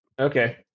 Okay